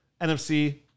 NFC